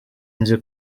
nzi